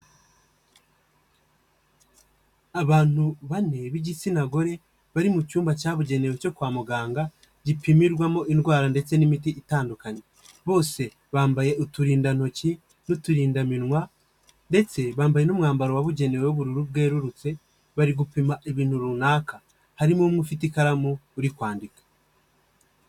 Abantu bane b'igitsina gore, bari mu cyumba cyabugenewe cyo kwa muganga, gipimirwamo indwara ndetse n'imiti itandukanye. Bose bambaye uturindantoki n'uturinda minwa ndetse bambaye n'umwambaro wabugenewe w'ubururu bwerurutse, bari gupima ibintu runaka. Harimo umwe ufite ikaramu uri kwandika.